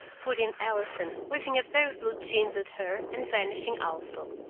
put in allison, waving a pair of blue jeans at her and vanishing also.